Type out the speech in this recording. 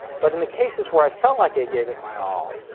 but in the cases where i felt like i gave it my all,